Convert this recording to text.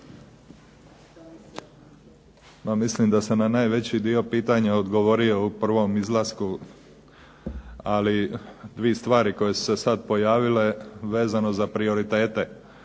mislim da sam na prvi dio pitanja odgovorio u prvom izlasku. Ali dvije stvari koje su se sad pojavile vezano za prioritete.